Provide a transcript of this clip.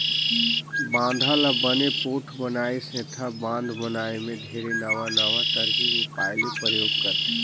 बांधा ल बने पोठ बनाए सेंथा बांध बनाए मे ढेरे नवां नवां तरकीब उपाय ले परयोग करथे